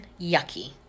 yucky